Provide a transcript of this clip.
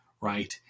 right